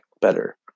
better